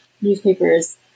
newspapers